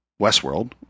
Westworld